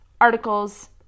articles